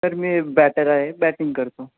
sir मी batter आहे batting करतो